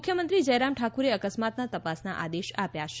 મુખ્યમંત્રી જયરામ ઠાકુરે અકસ્માતના તપાસના આદેશ આપ્યા છે